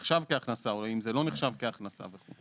נחשב כהכנסה או אם זה לא נחשב כהכנסה וכו'.